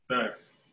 Thanks